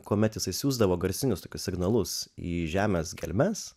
kuomet jisai siųsdavo garsinius signalus į žemės gelmes